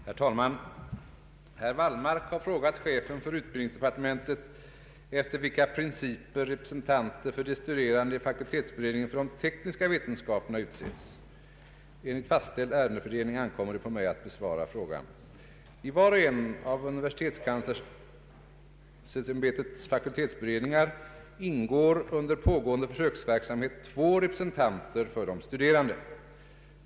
Herr talman! Herr Wallmark har frågat chefen för utbildningsdepartementet efter vilka principer representanter för de studerande i fakultetsberedningen för de tekniska vetenskaperna utses. Enligt fastställd ärendefördelning ankommer det på mig att besvara frågan. I var och en av universitetskanslersämbetets fakultetsberedningar ingår under pågående försöksverksamhet två representanter för de studerande.